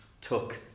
took